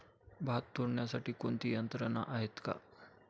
भात तोडण्यासाठी कोणती यंत्रणा आहेत का?